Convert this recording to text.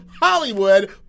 Hollywood